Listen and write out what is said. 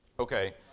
Okay